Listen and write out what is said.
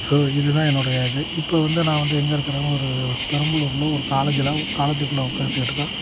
so இதுதான் என்னுடைய இது இப்போ வந்து நான் வந்து எங்கேருக்குறேன் ஒரு பெரம்பலூரில் ஒரு காலேஜ்ஜில் காலேஜுக்குள்ளே உட்காந்துட்டுதான்